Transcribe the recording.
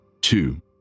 Two